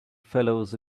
fellows